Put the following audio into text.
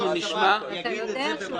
אנחנו נשמע --- אתה יודע שהוא מתנגד.